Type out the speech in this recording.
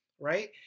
right